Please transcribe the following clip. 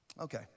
Okay